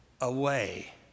away